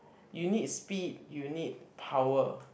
you need speed you need power